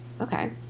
Okay